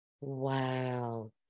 Wow